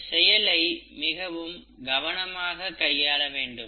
இந்த செயல்முறையை மிகவும் கவனமாக கையாள வேண்டும்